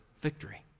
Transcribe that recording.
victory